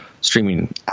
streaming